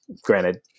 Granted